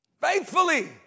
Faithfully